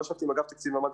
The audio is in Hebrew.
לא ישבתי איתם ולא שאלתי אותם